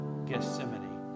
Gethsemane